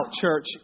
church